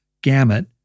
gamut